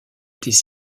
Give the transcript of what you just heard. étaient